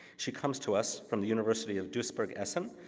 she comes to us from the university of duisburg-essen,